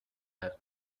have